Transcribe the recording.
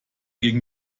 gegen